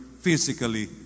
physically